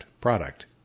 product